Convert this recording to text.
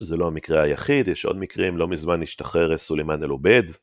זה לא המקרה היחיד, יש עוד מקרים לא מזמן להשתחרר סולימאן אל עובד.